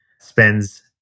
spends